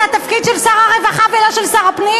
התפקיד של שר הרווחה ולא של שר הפנים?